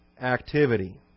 activity